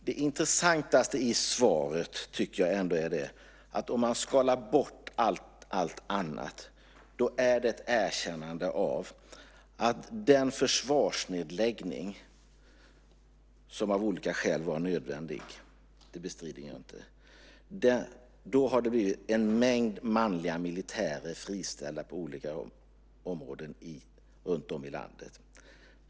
Det intressantaste i svaret tycker jag ändå, om allt annat skalas bort, är erkännandet av att försvarsnedläggningen, som av olika skäl var nödvändig - det bestrider jag inte - har betytt att en mängd manliga militärer blivit friställda på olika områden runtom i landet.